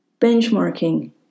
Benchmarking